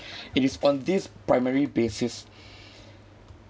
it is on this primary basis